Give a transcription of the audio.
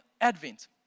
Advent